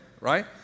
right